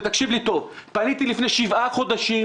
תקשיב לי היטב: פניתי לפני שבעה חודשים